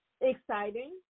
exciting